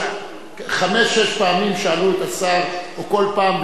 חמש-שש פעמים שאלו את השר, כל פעם בשאלות נוספות,